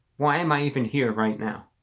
why am i even here right now?